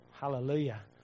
Hallelujah